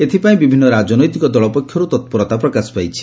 ଏଥିପାଇଁ ବିଭିନ୍ନ ରାଜନତିତିକ ଦଳ ପକ୍ଷରୁ ତପୂରତା ପ୍ରକାଶ ପାଇଛି